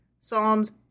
Psalms